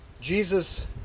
Jesus